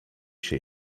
się